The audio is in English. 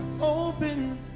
Open